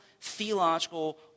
theological